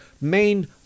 main